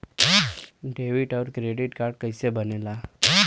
Debit और credit card कईसे बने ने ला?